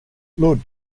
lord